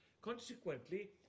Consequently